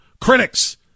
critics